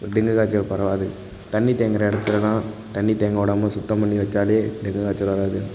dengue காய்ச்சல் பரவாது தண்ணிர் தேங்குகிற இடத்துலலாம் தண்ணிர் தேங்க விடாம சுத்தம் பண்ணி வச்சாலே டெங்கு காய்ச்சல் வராது